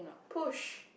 push